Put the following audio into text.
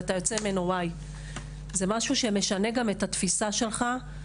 ואתה יוצא ממנה Y. זה משהו שמשנה גם את התפיסה שלך,